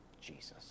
Jesus